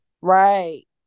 right